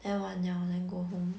then 完了 then go home